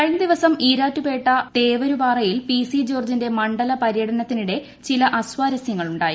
കഴിഞ്ഞ ദിവസം ഈരാറ്റുപേട്ട തേവരുപാറയിൽ പി സി ജോർജിന്റെ മണ്ഡല പര്യടനത്തിനിടെ ചില അസ്വാരസ്യങ്ങൾ ഉണ്ടായിരുന്നു